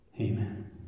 Amen